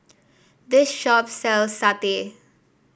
this shop sells satay